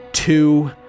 Two